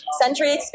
Century